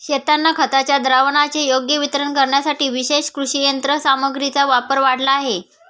शेतांना खताच्या द्रावणाचे योग्य वितरण करण्यासाठी विशेष कृषी यंत्रसामग्रीचा वापर वाढला आहे